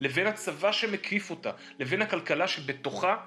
לבין הצבא שמקיף אותה, לבין הכלכלה שבתוכה